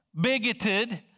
bigoted